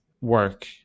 work